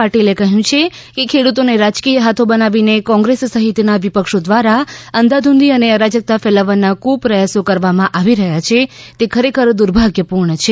પાટીલે કહ્યું છે કે ખેડૂતોને રાજકીય હાથો બનાવીને કોંગ્રેસ સહિતના વિપક્ષો દ્વારા અંધાધુંધી અને અરાજકતા ફેલાવવાના કુપ્રયાસો કરવામાં આવી રહ્યા છે તે દુર્ભાગ્યપૂર્ણ છે